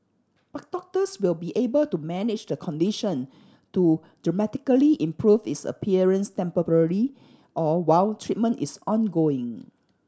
but doctors will be able to manage the condition to dramatically improve its appearance temporarily or while treatment is ongoing